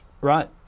Right